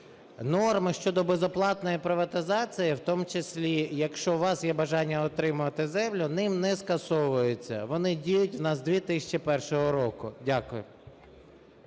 Норми щодо безоплатної приватизації, в тому числі якщо у вас є бажання отримати землю, ним не скасовуються. Вони діють у нас з 2001 року. Дякую.